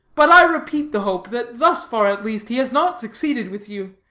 but i repeat the hope, that, thus far at least, he has not succeeded with you,